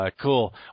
Cool